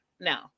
now